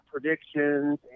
predictions